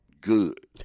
good